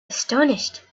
astonished